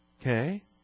Okay